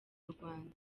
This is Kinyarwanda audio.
rwanda